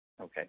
Okay